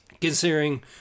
considering